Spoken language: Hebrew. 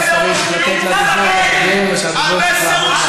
בעיקר, לתת לדובר, המסר הוא שתהיו מוסריים.